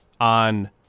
on